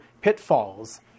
pitfalls